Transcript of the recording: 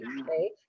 okay